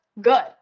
good